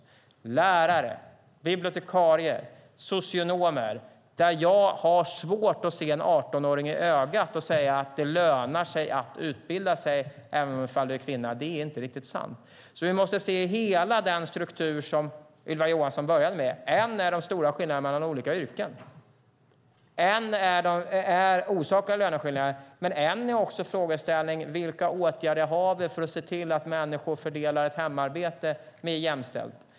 När det gäller lärare, bibliotekarier och socionomer har jag svårt att se en 18-åring i ögonen och säga att det lönar sig att utbilda sig även om du är kvinna. Det är inte riktigt sant. Vi måste se hela den struktur som Ylva Johansson började med, en är den stora skillnaden mellan olika yrken, en är osakliga löneskillnader, men en är också frågställningen vilka åtgärder vi har för att se till att människor fördelar hemarbetet mer jämställt.